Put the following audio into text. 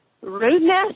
rudeness